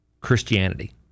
Christianity